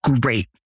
great